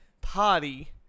party